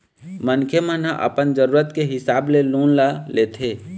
मनखे मन ह अपन जरुरत के हिसाब ले लोन ल लेथे